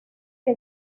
que